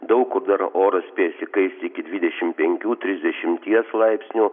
daug kur dar oras spės įkaisti iki dvidešim penkių trisdešimties laipsnių